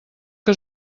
que